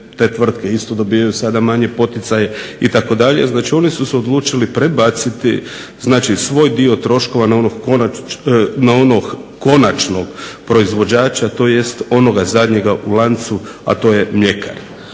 te tvrtke isto dobivaju manje poticaje itd. Oni su se odlučili prebaciti svoj dio troškova na onog konačnog proizvođača onoga zadnjega u lancu a to je mljekar.